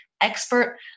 expert